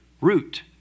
Root